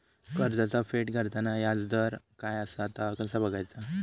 कर्जाचा फेड करताना याजदर काय असा ता कसा बगायचा?